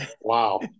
Wow